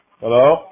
Hello